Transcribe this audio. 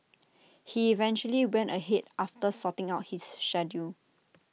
he eventually went ahead after sorting out his schedule